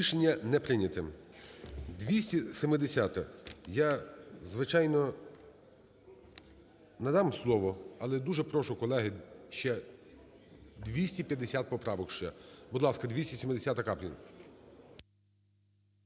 Рішення не прийнято. 270-а. Я, звичайно, надам слово, але дуже прошу, колеги, ще 250 поправок ще. Будь ласка, 270-а, Каплін.